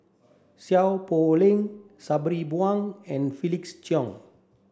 Seow Poh Leng Sabri Buang and Felix Cheong